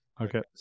Okay